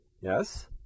yes